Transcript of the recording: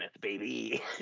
baby